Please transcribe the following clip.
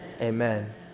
Amen